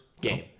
game